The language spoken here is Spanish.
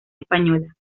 española